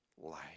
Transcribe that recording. life